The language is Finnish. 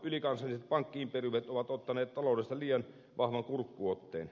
ylikansalliset pankki imperiumit ovat ottaneet taloudesta liian vahvan kurkkuotteen